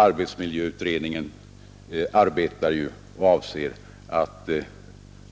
Arbetsmiljöutredningen avser att